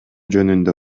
жөнүндө